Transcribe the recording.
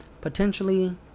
potentially